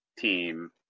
team